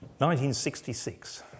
1966